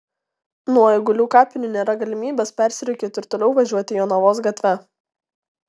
nuo eigulių kapinių nėra galimybės persirikiuoti ir toliau važiuoti jonavos gatve